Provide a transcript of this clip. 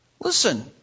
listen